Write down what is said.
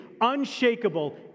unshakable